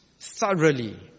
thoroughly